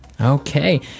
okay